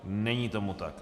Není tomu tak.